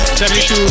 72